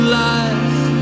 life